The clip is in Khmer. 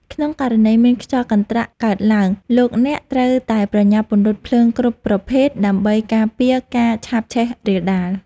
ក្នុងករណីមានខ្យល់កន្ត្រាក់កើតឡើង លោកអ្នកត្រូវតែប្រញាប់ពន្លត់ភ្លើងគ្រប់ប្រភេទដើម្បីការពារការឆាបឆេះរាលដាល។